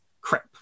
Crap